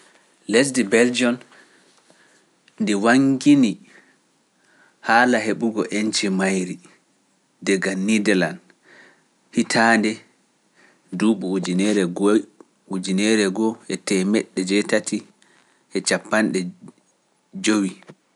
Lesdi Beljion ndi waŋgini haala heɓugo enci mayri diga niidelaan hitaande ujune e temedde jetati e cappande jowi (eighteen fifty).